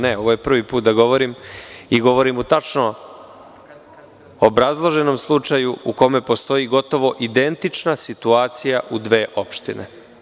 Ne, ovo je prvi put da govorim i govorim u tačno obrazloženom slučaju, u kome postoji gotovo identična situacija u dve opštine.